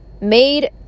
made